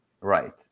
Right